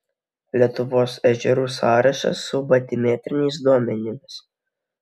lietuvos ežerų sąrašas su batimetriniais duomenimis